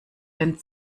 den